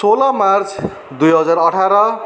सोह्र मार्च दुई हजार अठार